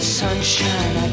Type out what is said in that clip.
sunshine